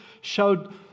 showed